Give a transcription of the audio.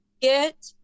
get